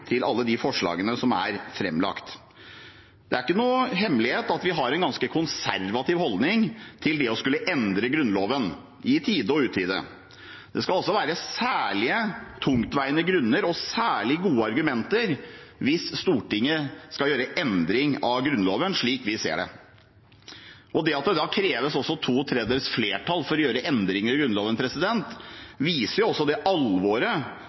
til alle de forslagene som er framlagt. Det er ingen hemmelighet at vi har en ganske konservativ holdning til det å skulle endre Grunnloven i tide og utide. Det skal være særlig tungtveiende grunner og særlig gode argumenter for at Stortinget skal gjøre endringer i Grunnloven, slik vi ser det. Det at det kreves to tredjedels flertall for å gjøre endringer i Grunnloven, viser også